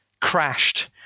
crashed